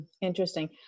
Interesting